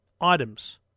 items